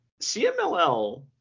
CMLL